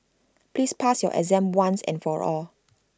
please pass your exam once and for all